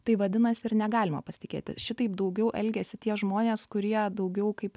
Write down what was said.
tai vadinas ir negalima pasitikėti šitaip daugiau elgiasi tie žmonės kurie daugiau kaip